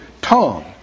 tongue